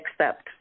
accept